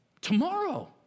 Tomorrow